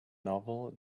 novel